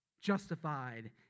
Justified